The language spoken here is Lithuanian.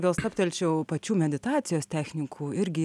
gal stabtelčiau pačių meditacijos technikų irgi